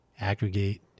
aggregate